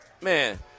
man